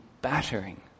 battering